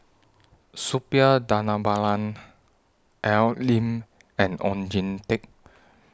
Suppiah Dhanabalan Al Lim and Oon Jin Teik